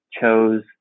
chose